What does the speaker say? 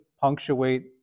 punctuate